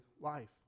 life